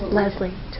Leslie